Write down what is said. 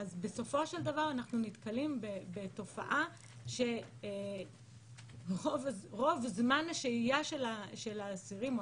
אז בסופו של דבר אנחנו נתקלים בתופעה שרוב זמן השהייה של האסירים או